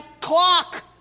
clock